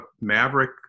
maverick